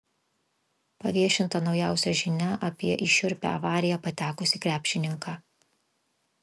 paviešinta naujausia žinia apie į šiurpią avariją patekusį krepšininką